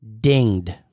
dinged